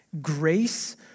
grace